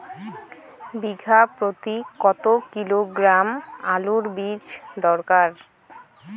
বিঘা প্রতি কত কিলোগ্রাম আলুর বীজ দরকার?